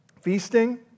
Feasting